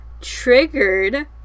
triggered